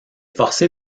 forcé